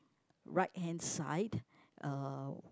right hand side uh